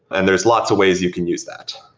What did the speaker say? and there's lots of ways you can use that.